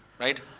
Right